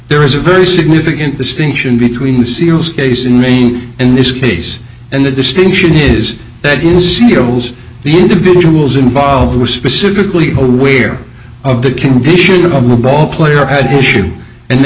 there is a very significant distinction between the serious case in maine and this case and the distinction is that in ceo's the individuals involved were specifically aware of the condition of a ball player had issue and they